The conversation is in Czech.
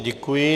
Děkuji.